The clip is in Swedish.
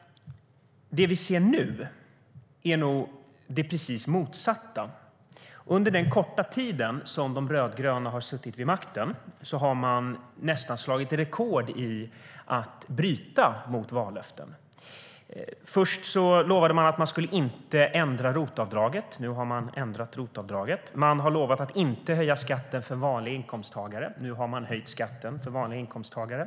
Det vi ser nu är nog det precis motsatta. Under den korta tid då de rödgröna suttit vid makten har man nästan slagit rekord i att bryta mot vallöften. Först lovade man att man inte skulle ändra ROT-avdraget. Nu har man ändrat ROT-avdraget. Man har lovat att inte höja skatten för vanliga inkomsttagare. Nu har man höjt skatten för vanliga inkomsttagare.